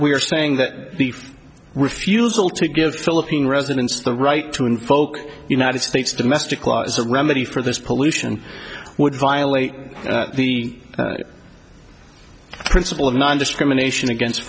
we are saying that the refusal to give philippine residents the right to invoke united states domestic law as a remedy for this pollution would violate the principle of nondiscrimination against